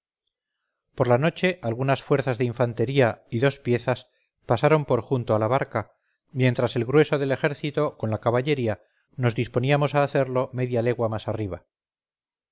por la noche algunas fuerzas de infantería y dos piezas pasaron porjunto a la barca mientras el grueso del ejército con la caballería nos disponíamos a hacerlo media legua más arriba